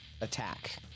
attack